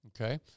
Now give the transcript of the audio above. Okay